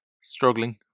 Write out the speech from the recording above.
struggling